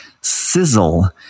sizzle